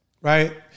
right